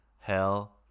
hell